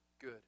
good